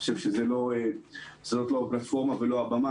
אני חושב שזאת לא הפלטפורמה ולא הבמה,